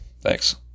Thanks